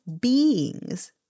beings